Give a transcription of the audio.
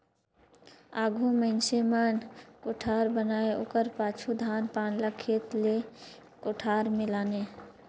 आघु मइनसे मन कोठार बनाए ओकर पाछू धान पान ल खेत ले कोठार मे लाने